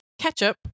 ketchup